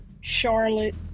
Charlotte